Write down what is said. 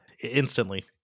instantly